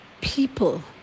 people